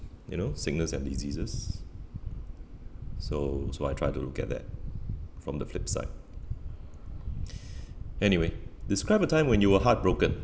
you know sickness and diseases so so I try to look at that from the flip side anyway describe a time when you were heartbroken